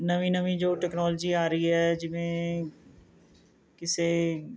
ਨਵੀਂ ਨਵੀਂ ਜੋ ਟੈਕਨੋਲਜੀ ਆ ਰਹੀ ਹੈ ਜਿਵੇਂ ਕਿਸੇ